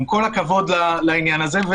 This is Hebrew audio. עם כל הכבוד לעניין הזה.